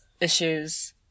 issues